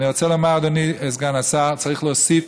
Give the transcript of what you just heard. אני רוצה לומר, אדוני סגן השר, צריך להוסיף